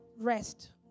rest